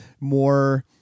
more